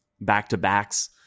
back-to-backs